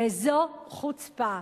וזאת חוצפה,